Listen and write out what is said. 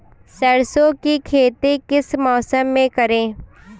सरसों की खेती किस मौसम में करें?